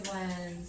one